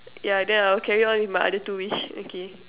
yeah then I'll carry on with my other two wish okay